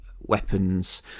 weapons